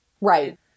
Right